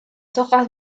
hojas